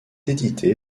édité